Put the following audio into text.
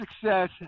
success